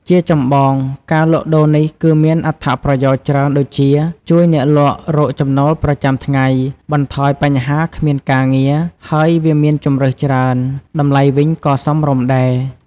ជាចម្បង ការលក់ដូរនេះគឺមានអត្ថប្រយោជន៍ច្រើនដូចជា ជួយអ្នកលក់រកចំណូលប្រចាំថ្ងៃ បន្ថយបញ្ហាគ្មានការងារ ហើយវាមានជម្រើសច្រើន តម្លៃវិញក៏សមរម្យដែរ។